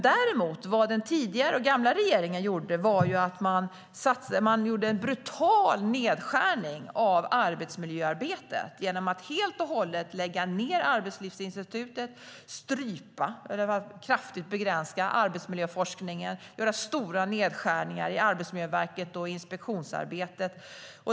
Däremot gjorde den tidigare regeringen en brutal nedskärning av arbetsmiljöarbetet genom att helt och hållet lägga ned Arbetslivsinstitutet, strypa eller kraftigt begränsa arbetsmiljöforskningen och göra stora nedskärningar i Arbetsmiljöverket och i inspektionsarbetet.